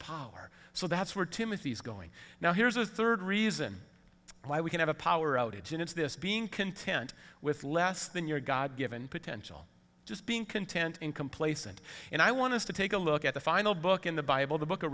poller so that's where timothy is going now here's a third reason why we can have a power outage and it's this being content with less than your god given potential just being content in complacent and i want to take a look at the final book in the bible the book of